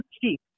cheap